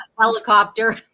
helicopter